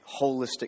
holistic